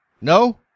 No